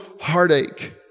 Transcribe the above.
heartache